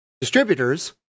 distributors